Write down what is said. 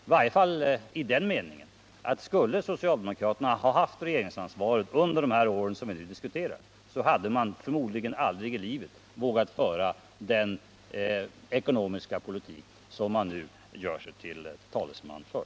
I varje fall existerar det inte i den meningen, att skulle socialdemokraterna ha haft regeringsansvaret under de år som vi nu diskuterar, hade de förmodligen aldrig i livet vågat föra den ekonomiska politik som de på den kanten nu gör sig till talesmän för.